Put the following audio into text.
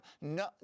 no